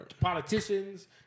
politicians